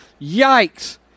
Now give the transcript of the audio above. yikes